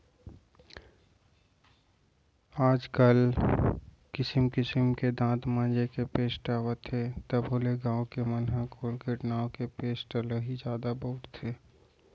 आज काल किसिम किसिम के दांत मांजे के पेस्ट आवत हे तभो ले गॉंव के मन ह कोलगेट नांव के पेस्ट ल ही जादा बउरथे